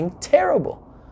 terrible